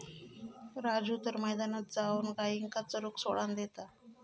राजू तर मैदानात जाऊन गायींका चरूक सोडान देता